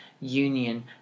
union